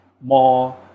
more